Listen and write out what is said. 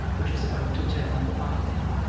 which was about to turn up a bye-lane.